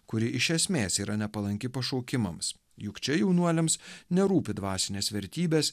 kuri iš esmės yra nepalanki pašaukimams juk čia jaunuoliams nerūpi dvasinės vertybės